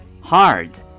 Hard